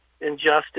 injustice